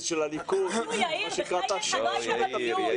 של הליכוד אם תאשימי שוב את הפקידים.